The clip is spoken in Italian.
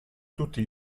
tutti